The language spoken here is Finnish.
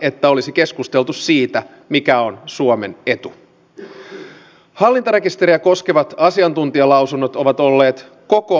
siksi peräänkuulutankin sitä että me pystyisimme kaikin keinoin tukemaan tätä vapaaehtoista sopimuspalokunta ja vapaapalokuntatoimintaa